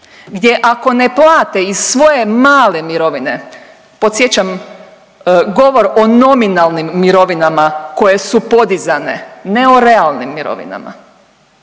gdje ako ne plate iz svoje male mirovine, podsjećam govor o nominalnim mirovinama koje su podizane, ne o realnim mirovinama,